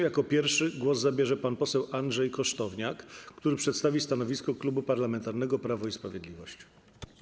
Jako pierwszy głos zabierze pan poseł Andrzej Kosztowniak, który przedstawi stanowisko Klubu Parlamentarnego Prawo i Sprawiedliwość.